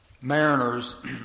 mariners